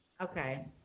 Okay